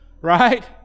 right